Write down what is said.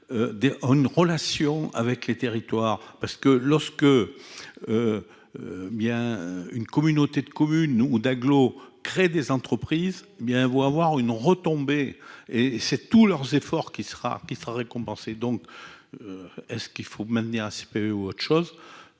une relation avec les territoires parce que lorsque bien une communauté de communes ou d'agglo créent des entreprises bien vous avoir une retombée et c'est tous leurs efforts, qui sera qui sera récompensé donc est-ce qu'il faut maintenir un CPE ou autre chose,